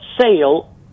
sale